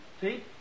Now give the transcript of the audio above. See